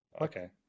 Okay